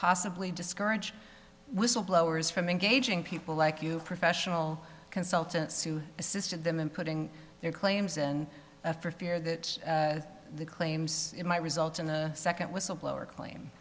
possibly discourage whistleblowers from engaging people like you professional consultants who assisted them in putting their claims and for fear that the claims might result in the second whistleblower claim